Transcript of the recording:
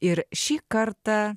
ir šį kartą